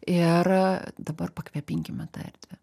ir dabar pakvėpinkime tą erdvę